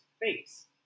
face